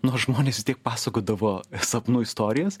nors žmonės vis tiek pasakodavo sapnų istorijas